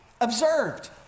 observed